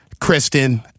Kristen